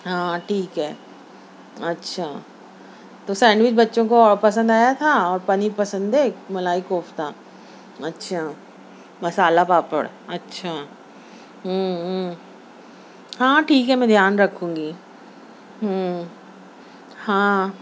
ہاں ٹھیک ہے اچھا تو سینڈوچ بچوں کو پسند آیا تھا اور پنیر پسندے ملائی کوفتہ اچھا مسالہ پاپڑ اچھا ہاں ٹھیک ہے میں دھیان رکھوں گی ہوں ہاں